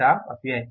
घटाव अपव्यय